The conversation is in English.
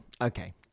Okay